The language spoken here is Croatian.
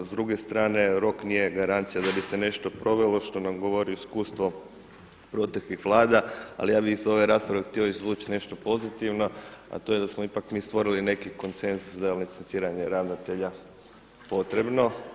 S druge strane, rok nije garancija da bi se nešto provelo što nam govori iskustvo proteklih Vlada ali ja bih iz ove rasprave htio izvući nešto pozitivno a to je da smo ipak stvorili neki konsenzus da je licenciranje ravnatelja potrebno.